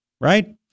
right